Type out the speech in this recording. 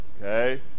Okay